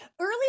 early